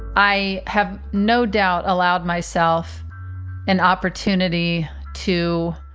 i have no doubt allowed myself an opportunity to